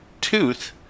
tooth